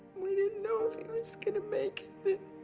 we didn't know if he was going to make it